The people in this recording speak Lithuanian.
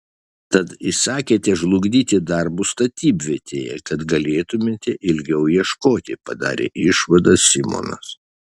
tad įsakėte žlugdyti darbus statybvietėje kad galėtumėte ilgiau ieškoti padarė išvadą simonas